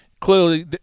clearly